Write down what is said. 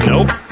Nope